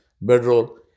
bedroll